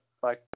Bye